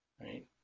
right